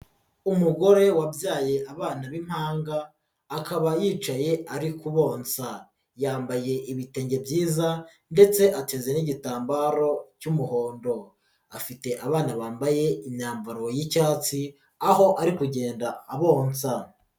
Umugore wabyaye abana b'impanga akaba yicaye ari ku bonsa, yambaye ibitenge byiza ndetse ateze n'igitambaro cy'umuhondo afite abana bambaye imyambaro y'icyatsi aho ari kugenda abonsa.